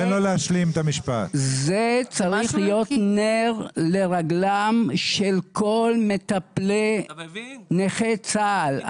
זה צריך להיות נר לרגלם של כל מטפלי נכי צה"ל,